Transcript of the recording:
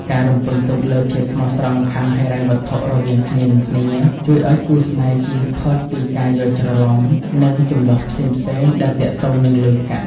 ការរំពឹងទុកលើ "ភាពស្មោះត្រង់ខាងហិរញ្ញវត្ថុ" រវាងគ្នា និងគ្នា ជួយឱ្យគូស្នេហ៍ជៀសផុតពីការយល់ច្រឡំ និងជម្លោះផ្សេងៗដែលទាក់ទងនឹងលុយកាក់។